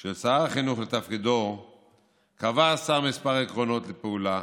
של שר החינוך לתפקידו קבע השר כמה עקרונות לפעולה